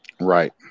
Right